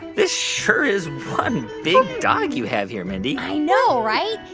this sure is one big dog you have here, mindy i know, right?